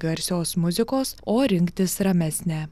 garsios muzikos o rinktis ramesnę